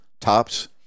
tops